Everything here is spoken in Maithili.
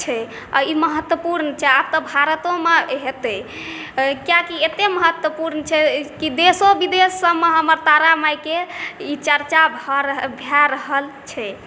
छै आ ई महत्वपूर्ण छै आब तऽ भारतोमे हेतै किएकि एतय महत्वपूर्ण छै की देशो विदेश सभमे हमर तारा मायके ई चर्चा भऽ रहल छै